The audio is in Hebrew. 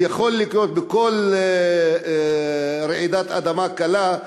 וזה יכול לקרות בכל רעידת אדמה קלה,